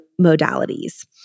modalities